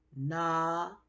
nah